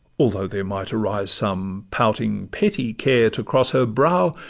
although there might arise some pouting petty care to cross her brow,